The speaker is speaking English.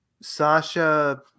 sasha